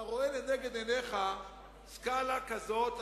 אתה רואה לנגד עיניך סקאלה כזאת,